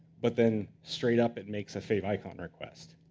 but then, straight up, it makes a fave icon request.